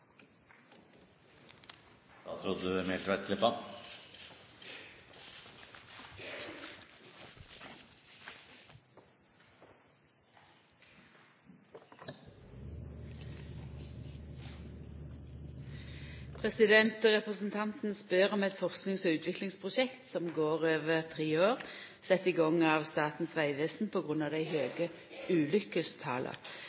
Representanten spør om eit forskings- og utviklingsprosjekt som går over tre år, sett i gang av Statens vegvesen